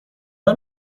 بار